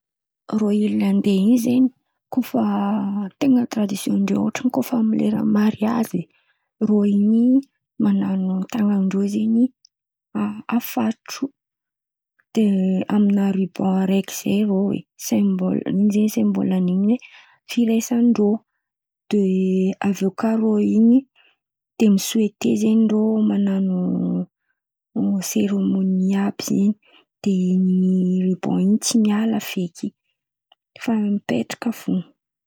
Rô Irlandy in̈y zen̈y, koa fa ten̈a tradision-drô ohatra koa fa lera mariage rô in̈y man̈ano, tan̈an-drô zen̈y afatotro de amin'ny a- riban araiky zen̈y rô ai! Simboly in̈y zen̈y simboly ny hoe firaisan-drô. De aviô kà rô in̈y de misoete rô, man̈ano seremony àby zen̈y. De in̈y riban in̈y zen̈y tsy miala feky, fa mipetraka fo.